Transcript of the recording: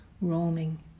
roaming